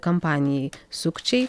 kampanijai sukčiai